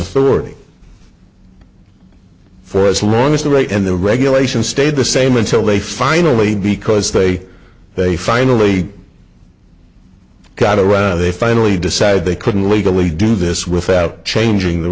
authority for as long as the rate and the regulation stayed the same until they finally because they they finally got around they finally decided they couldn't legally do this without changing the